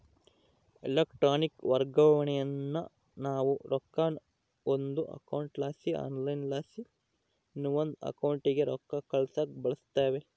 electronic ವರ್ಗಾವಣೇನಾ ನಾವು ರೊಕ್ಕಾನ ಒಂದು ಅಕೌಂಟ್ಲಾಸಿ ಆನ್ಲೈನ್ಲಾಸಿ ಇನವಂದ್ ಅಕೌಂಟಿಗೆ ರೊಕ್ಕ ಕಳ್ಸಾಕ ಬಳುಸ್ತೀವಿ